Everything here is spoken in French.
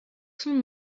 son